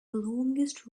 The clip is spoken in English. longest